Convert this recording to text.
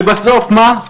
ובסוף מה?